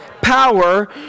Power